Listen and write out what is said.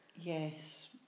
Yes